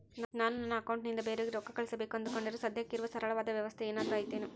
ನಾನು ನನ್ನ ಅಕೌಂಟನಿಂದ ಬೇರೆಯವರಿಗೆ ರೊಕ್ಕ ಕಳುಸಬೇಕು ಅಂದುಕೊಂಡರೆ ಸದ್ಯಕ್ಕೆ ಇರುವ ಸರಳವಾದ ವ್ಯವಸ್ಥೆ ಏನಾದರೂ ಐತೇನು?